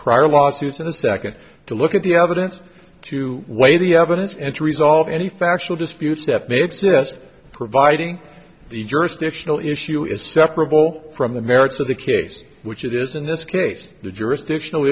prior lawsuits and the second to look at the evidence to weigh the evidence and to resolve any factual disputes that may exist providing the jurisdictional issue is separable from the merits of the case which it is in this case the jurisdiction